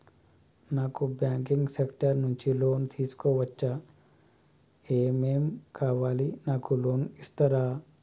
నాకు banking sector నుంచి loan తీసుకోవచ్చా? ఏమేం కావాలి? నాకు లోన్ ఇస్తారా?